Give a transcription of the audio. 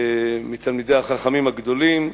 מתלמידי החכמים הגדולים,